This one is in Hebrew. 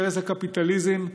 ערש הקפיטליזם,